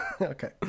Okay